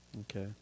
okay